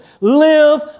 Live